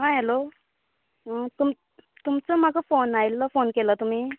आं हॅलो तुम तुमचो म्हाका फोन आयिल्लो फोन केल्लो तुमी